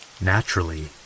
Naturally